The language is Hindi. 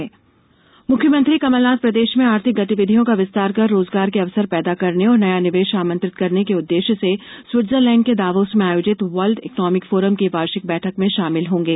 मुख्यमंत्री दावोस मुख्यमंत्री कमलनाथ प्रदेश में आर्थिक गतिविधियों का विस्तार कर रोजगार के अवसर पैदा करने और नया निवेश आमंत्रित करने के उद्देश्य से स्विटजरलेंड के दावोस में आयोजित वर्ल्ड इकॉनोमिक फोरम की वार्षिक बैठक में शामिल होंगे